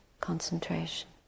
concentration